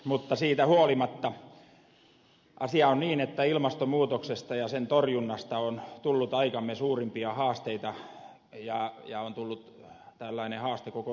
mutta siitä huolimatta asia on niin että ilmastonmuutoksesta ja sen torjunnasta on tullut aikamme suurimpia haasteita on tullut haaste koko ihmiskunnalle